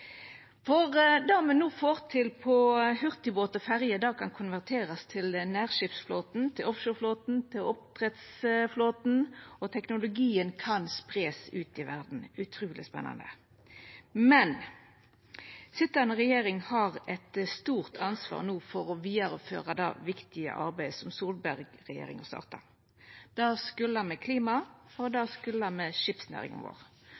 Det me no får til med hurtigbåtar og ferjer, kan konverterast til nærskipsflåten, til offshoreflåten, og til oppdrettsflåten, og teknologien kan spreiast ut i verda – utruleg spennande! Sitjande regjering har eit stort ansvar no for å vidareføra det viktige arbeidet som Solberg-regjeringa starta. Det skuldar me klimaet, og det skuldar me skipsnæringa vår.